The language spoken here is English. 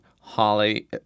Holly